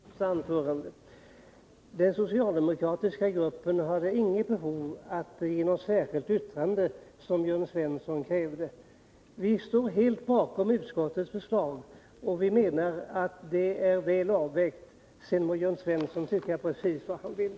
Herr talman! Bara ett par synpunkter med anledning av Jörn Svenssons första anförande. Den socialdemokratiska gruppen hade inget behov av att avge något särskilt yttrande, som Jörn Svensson krävde. Vi står helt bakom utskottets förslag, som vi menar är väl avvägt. Sedan må Jörn Svensson tycka precis vad han vill.